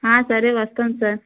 సరే వస్తాను సార్